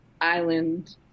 island